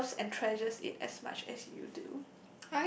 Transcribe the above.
who loves and treasures it as much as you do